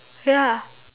ya